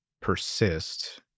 persist